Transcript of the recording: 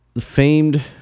famed